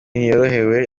ntiyorohewe